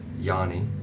Yanni